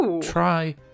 try